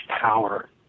power